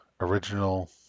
original